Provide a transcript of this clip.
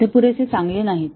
ते पुरेसे चांगले नाहीत